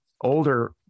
older